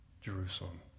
Jerusalem